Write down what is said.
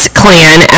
clan